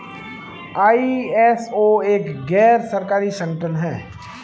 ISO एक गैर सरकारी संगठन है